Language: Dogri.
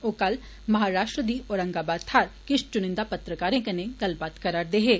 ओ कल महाराष्ट्र दी औरंगाबाद थाहर किश चुनिन्दा पत्रकारें कन्नै गल्लबात करा'रदे हे